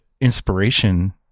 inspiration